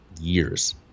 years